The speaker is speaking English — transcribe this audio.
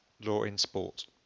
lawinsport